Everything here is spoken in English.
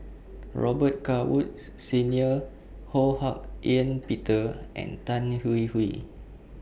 Robet Carr Woods Senior Ho Hak Ean Peter and Tan Hwee Hwee